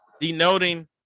denoting